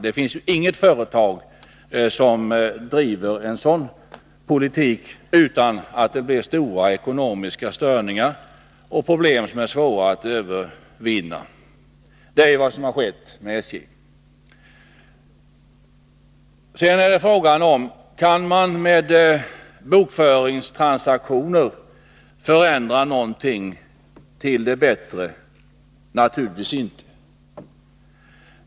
Det finns inget företag som kan driva en sådan politik utan att det medför stora ekonomiska störningar och problem som är svåra att övervinna. Det är detta som har skett med SJ. Kan man med bokföringstransaktioner förändra någonting till det bättre? Naturligtvis inte.